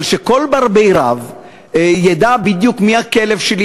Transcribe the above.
אבל שכל בר-בי-רב ידע בדיוק מי הכלב שלי,